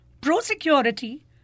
pro-security